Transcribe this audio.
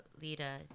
Lita